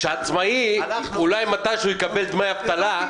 כשעצמאי אולי מתישהו יקבל דמי אבטלה,